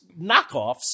knockoffs